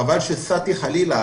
חבל שסאטי חלאילה,